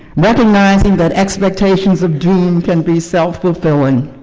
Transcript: recognizing that expectations of doom can be self-fulfilling,